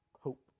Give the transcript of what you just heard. hope